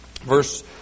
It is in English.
Verse